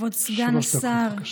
כבוד סגן השר